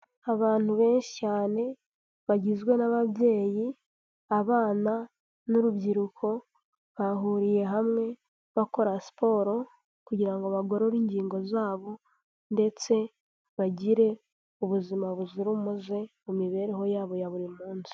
Abantu benshi cyane bagizwe n'ababyeyi, abana, n'urubyiruko bahuriye hamwe bakora siporo kugira ngo bagorore ingingo zabo ndetse bagire ubuzima buzira umuze mu mibereho yabo ya buri munsi.